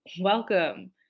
welcome